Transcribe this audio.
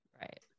Right